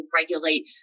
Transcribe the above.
regulate